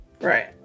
Right